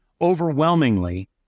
Overwhelmingly